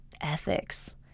ethics